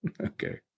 Okay